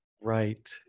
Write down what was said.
Right